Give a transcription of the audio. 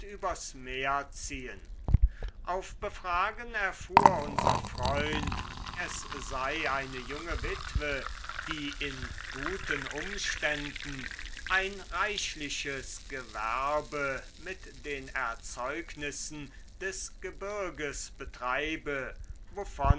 übers meer ziehen auf befragen erfuhr unser freund es sei eine junge witwe die in guten umständen ein reichliches gewerbe mit den erzeugnissen des gebirges betreibe